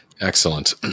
Excellent